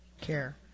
care